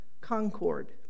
concord